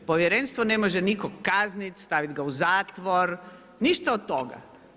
Povjerenstvo ne može nikog kazniti, stavit ga u zatvor, ništa od toga.